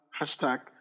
hashtag